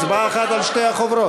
הצבעה אחת על שתי החוברות.